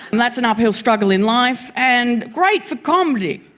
and that's an uphill struggle in life, and great for comedy,